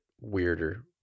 weirder